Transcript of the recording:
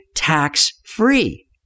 tax-free